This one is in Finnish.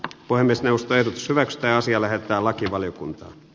voimistelusta ja syvä ekstaasia lähettää lakivaliokunta